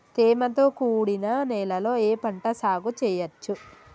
తేమతో కూడిన నేలలో ఏ పంట సాగు చేయచ్చు?